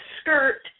skirt